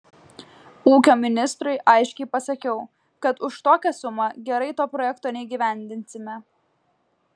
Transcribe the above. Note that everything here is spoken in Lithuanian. ūkio ministrui aiškiai pasakiau kad už tokią sumą gerai to projekto neįgyvendinsime